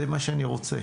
זה מה שאני רוצה.